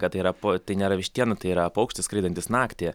kad yra po tai nėra vištiena tai yra paukštis skraidantis naktį